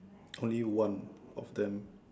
only one of them